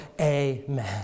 amen